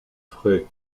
frais